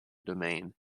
domain